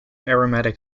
aromatic